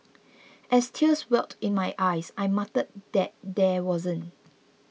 as tears welled in my eyes I muttered that there wasn't